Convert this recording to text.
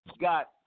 got